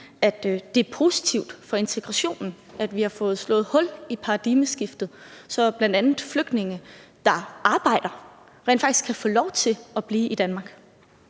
at det er positivt for integrationen, at vi har fået slået hul i paradigmeskiftet, så bl.a. flygtninge, der arbejder, rent faktisk kan få lov til at blive i Danmark.